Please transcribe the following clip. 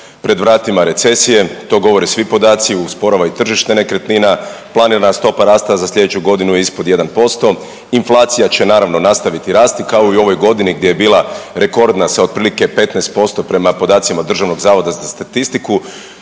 pred vratima recesije. To govore svi podaci, usporava i tržište nekretnina. Planirana stopa rasta za sljedeću godinu je ispod jedan posto. Inflacija će naravno nastaviti rasti kao i u ovoj godini gdje je bila rekordna sa otprilike 15% prema podacima Državnog zavoda za statistiku.